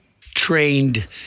trained